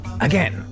Again